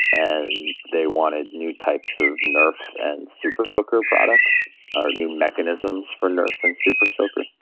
and they wanted new types of nerf and super soaker products, ah new mechanisms for nerf and super soaker.